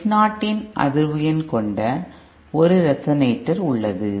F0 இன் அதிர்வு அதிர்வெண் கொண்ட ஒரு ரெசனேட்டர் உள்ளது